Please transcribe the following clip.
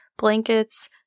Blankets